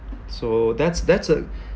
so that's that's a